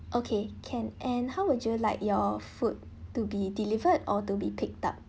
okay can and how would you like your food to be delivered or to be picked up